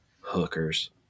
hookers